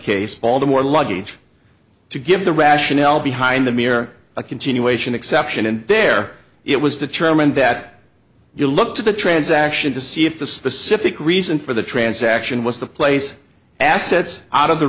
case baltimore luggage to give the rationale behind the mere a continuation exception and there it was determined that you look to the transaction to see if the specific reason for the transaction was to place assets out of the